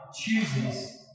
chooses